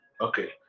okay